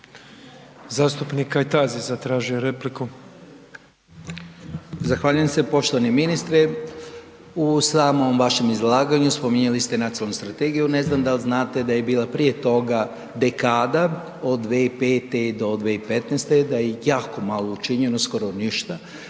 **Kajtazi, Veljko (Nezavisni)** Zahvaljujem se poštovani ministre. U samom vašem izlaganju, spominjali ste nacionalnu strategiju, ne znam da li znate da je bila prije toga dekada od 2005. do 2015., da je jako malo učinjeno, skoro ništa,